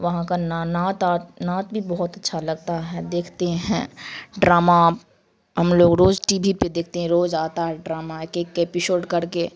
وہاں کا نا نعت آت نعت بھی بہت اچھا لگتا ہے دیکھتے ہیں ڈرامہ ہم لوگ روز ٹی وی پہ دیکھتے ہیں روز آتا ہے ڈرامہ ایک ایک اپپیسوڈ کر کے